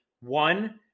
one